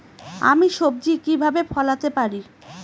আমি সবজি কিভাবে ফলাতে পারি?